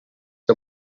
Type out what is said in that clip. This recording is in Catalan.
que